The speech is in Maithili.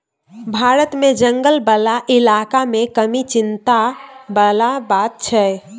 भारत मे जंगल बला इलाका मे कमी चिंता बला बात छै